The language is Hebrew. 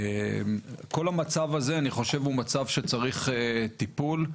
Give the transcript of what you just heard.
אני חושב שכל המצב הזה, הוא מצב שצריך טיפול.